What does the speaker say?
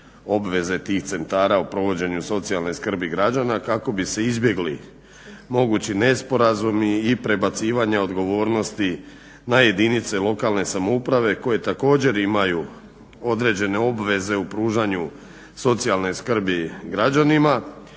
obveze tih centara o provođenju socijalne skrbi građana kako bi se izbjegli mogući nesporazumi i prebacivanja odgovornosti na jedinice lokalne samouprave koje također imaju određene obveze u pružanju socijalne skrbi građanima.